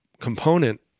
component